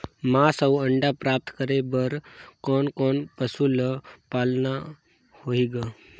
मांस अउ अंडा प्राप्त करे बर कोन कोन पशु ल पालना होही ग?